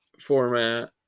format